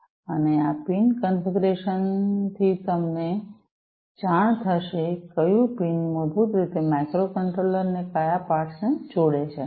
અને આ પિન કન્ફિગરેશન્સથી તમને જાણ થશે કયું પિન મૂળભૂત રીતે માઇક્રોકન્ટ્રોલર ના કયા પોર્ટ્સ ને જોડે છે